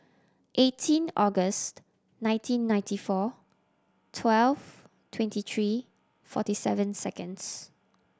eighteen August nineteen ninety four twelve twenty three forty seven seconds